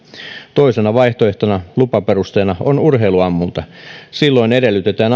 toisena vaihtoehtoisena lupaperusteena on urheiluammunta silloin edellytetään